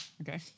Okay